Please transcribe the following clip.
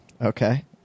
Okay